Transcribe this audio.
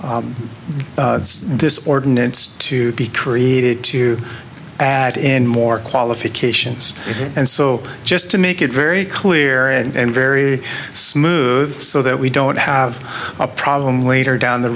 this ordinance to be created to add in more qualifications and so just to make it very clear and very smooth so that we don't have a problem later down the